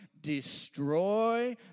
destroy